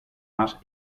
μας